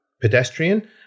pedestrian